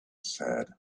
said